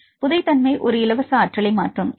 மாணவர் புதை தன்மை ஒரு இலவச ஆற்றலை மாற்றும்